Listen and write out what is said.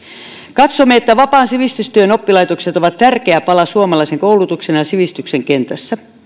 katsomme että vapaan sivistystyön oppilaitokset ovat tärkeä pala suomalaisen koulutuksen ja sivistyksen kentässä